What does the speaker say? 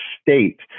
state